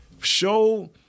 Show –